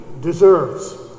deserves